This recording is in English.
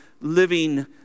living